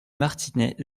martinets